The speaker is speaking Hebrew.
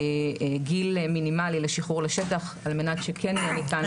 גיל מינימלי לשחרור לשטח על מנת שכן יהיה ניתן לשחרר.